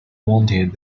wanted